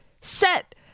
set